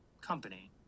company